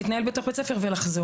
להתנהל בתוך בית ספר ולחזור.